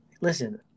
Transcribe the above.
listen